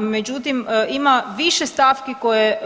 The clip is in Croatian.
Međutim, ima više stavki koje